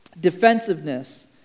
defensiveness